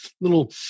little